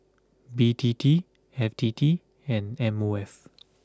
B T T F T T and M O F